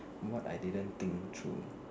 what I didn't think through